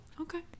okay